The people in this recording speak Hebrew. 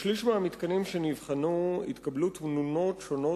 בשליש מהמתקנים שנבחנו התקבלו תמונות שונות